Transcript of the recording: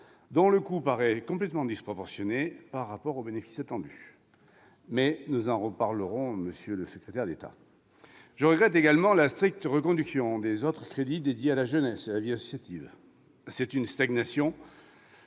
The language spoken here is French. dont le coût paraît complètement disproportionné par rapport au bénéfice attendu. Nous en reparlerons, monsieur le secrétaire d'État. Je regrette également la stricte reconduction des autres crédits dédiés à la jeunesse et à la vie associative. Cette stagnation